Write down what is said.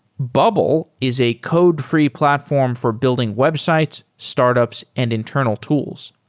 bubble is a code-free platform for building websites, startups and internal tools.